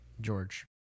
George